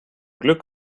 glück